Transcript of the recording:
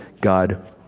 God